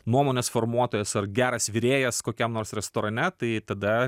nuomonės formuotojas ar geras virėjas kokiam nors restorane tai tada